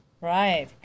Right